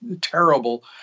terrible